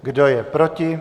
Kdo je proti?